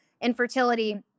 infertility